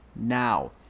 now